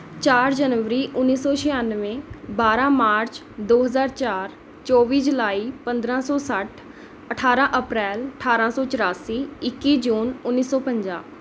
ਚਾਰ ਜਨਵਰੀ ਉੱਨੀ ਸੌ ਛਿਆਨਵੇਂ ਬਾਰ੍ਹਾਂ ਮਾਰਚ ਦੋ ਹਜ਼ਾਰ ਚਾਰ ਚੌਵੀ ਜੁਲਾਈ ਪੰਦਰਾਂ ਸੌ ਸੱਠ ਅਠਾਰਾਂ ਅਪ੍ਰੈਲ ਅਠਾਰਾਂ ਸੌ ਚੁਰਾਸੀ ਇੱਕੀ ਜੂਨ ਉੱਨੀ ਸੌ ਪੰਜਾਹ